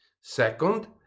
Second